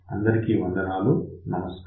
అందరికీ వందనాలు నమస్కారం